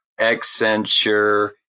Accenture